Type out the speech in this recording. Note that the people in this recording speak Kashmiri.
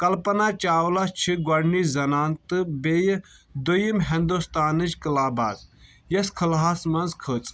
کلپنہ چاولہ چھِ گۄڈنچ زنان تہٕ بیٚیہِ دویم ہندوستانچ کٔلہ باد یس خلہٕ ہس منٛز کھژھ